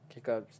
kickups